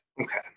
Okay